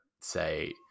say